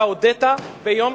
אתה הודית ביום,